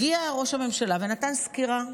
הגיע ראש הממשלה ונתן סקירה,